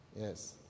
Yes